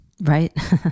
Right